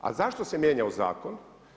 A zašto se mijenjao zakon?